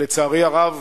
לצערי הרב,